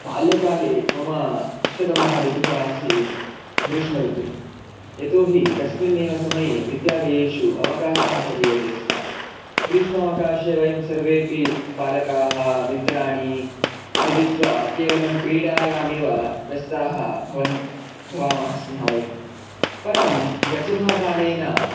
बाल्यकाले मम इष्टतमः ऋतुः आसीत् ग्रीष्म ऋतुः यतोहि तस्मिन्नेव समये विद्यालयेषु अवकाशः प्रदीयते स्म ग्रीष्मावकाशे वयं सर्वेपि बालकाः मित्राणि मिलित्वा केवलं क्रीडायाम् एव व्यस्ताः भवामः स्मः वयं परं गच्छता कालेन